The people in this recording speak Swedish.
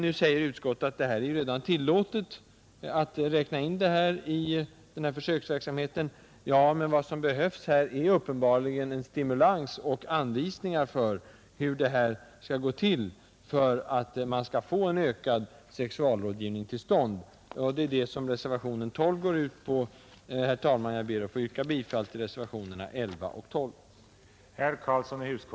Nu säger utskottet att det redan är tillåtet att räkna in denna form av rådgivning i försöksverksamheten. Ja, det är riktigt, men vad som behövs är uppenbarligen en stimulans och anvisningar för hur det här skall gå till, för att man skall få till stånd en ökad sexualrådgivning. Det är också det som reservationen 12 går ut på. Herr talman! Jag ber att få yrka bifall till reservationerna 11 och 12.